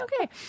Okay